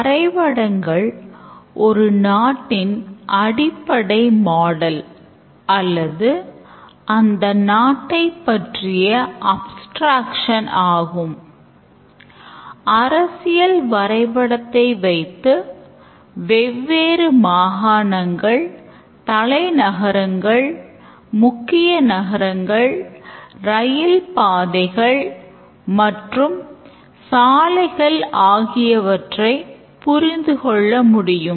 வரைபடங்கள் ஒரு நாட்டின் அடிப்படை மாடல் மற்றும் சாலைகள் ஆகியவற்றை புரிந்து கொள்ள முடியும்